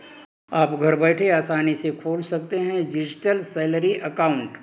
आप घर बैठे आसानी से खोल सकते हैं डिजिटल सैलरी अकाउंट